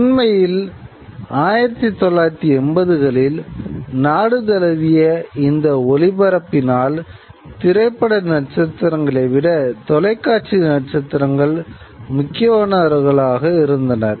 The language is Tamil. உண்மையில் 1980 களில் நாடு தழுவிய இந்த ஒளிபரப்பபினால் திரைப்பட நட்சத்திரங்களை விட தொலைக்காட்சி நட்சத்திரங்கள் முக்கியமானவர்களாக இருந்தனர்